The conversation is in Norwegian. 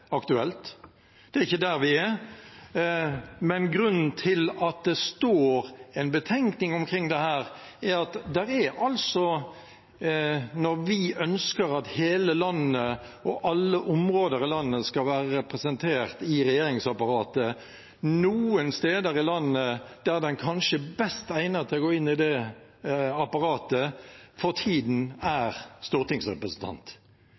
der vi er. Men grunnen til at det står en betenkning om dette, er at når vi ønsker at hele landet og alle områder av landet skal være representert i regjeringsapparatet, så er det noen steder i landet at den kanskje best egnede til å gå inn i det apparatet for tiden